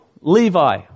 Levi